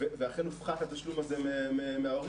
ואכן הופחת התשלום הזה מההורים.